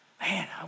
man